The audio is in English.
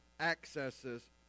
accesses